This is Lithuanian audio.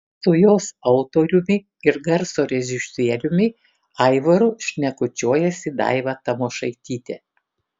su jos autoriumi ir garso režisieriumi aivaru šnekučiuojasi daiva tamošaitytė